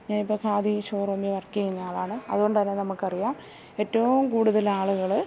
ഞാനിപ്പം ഖാദി ഷോറൂമിൽ വർക്ക് ചെയ്യുന്ന ആളാണ് അതുകൊണ്ട് തന്നെ നമുക്ക് അറിയാം ഏറ്റവും കൂടുതലാളുകള്